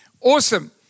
Awesome